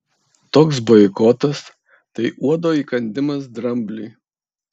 toks boikotas tai uodo įkandimas drambliui